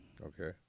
okay